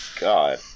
God